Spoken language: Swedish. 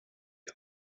ett